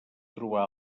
trobar